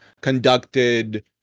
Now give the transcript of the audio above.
conducted